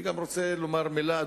אני גם רוצה לומר מלה,